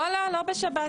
לא, לא, לא בשבת סליחה.